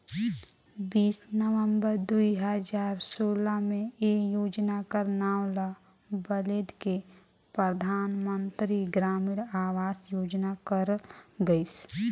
बीस नवंबर दुई हजार सोला में ए योजना कर नांव ल बलेद के परधानमंतरी ग्रामीण अवास योजना करल गइस